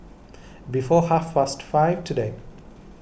before half past five today